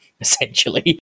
essentially